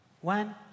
One